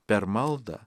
per maldą